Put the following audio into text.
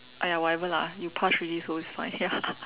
!aiya! whatever lah you pass already so it's fine ya